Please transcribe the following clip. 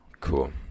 Cool